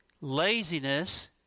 Laziness